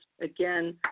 again